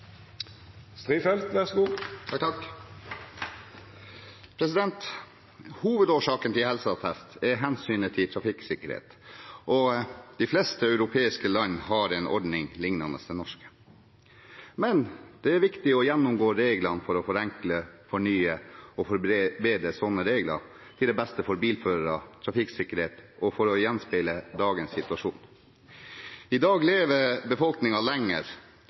Hovedårsaken til å ha helseattest er hensynet til trafikksikkerheten, og de fleste europeiske land har en ordning lignende den norske. Men det er viktig å gjennomgå reglene for å forenkle, fornye og forbedre slike regler – til det beste for bilførere og trafikksikkerhet og for å gjenspeile dagens situasjon. I dag lever befolkningen lenger,